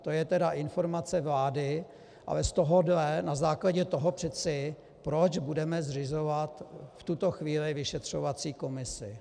To je tedy informace vlády, ale na základě toho přeci, proč budeme zřizovat v tuto chvíli vyšetřovací komisi?